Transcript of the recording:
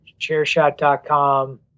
Chairshot.com